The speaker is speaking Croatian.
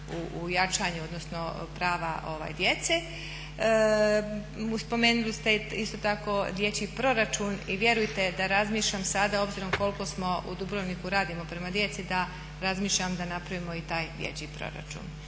u jačanju, odnosno prava djece. Spomenuli ste isto tako dječji proračun i vjerujte da razmišljam sada obzirom koliko smo u Dubrovniku radimo prema djeci da razmišljam da napravimo i taj dječji proračun.